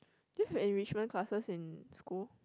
do you have enrichment classes in school